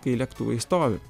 kai lėktuvai stovi